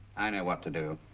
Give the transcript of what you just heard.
i know what to do.